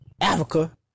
Africa